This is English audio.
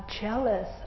jealous